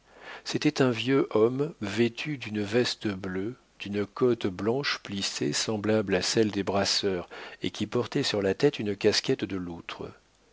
c'était un vieux homme vêtu d'une veste bleue d'une cotte blanche plissée semblable à celle des brasseurs et qui portait sur la tête une casquette de loutre